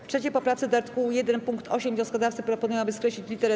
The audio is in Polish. W 3. poprawce do art. 1 pkt 8 wnioskodawcy proponują, aby skreślić lit.